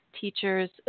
teachers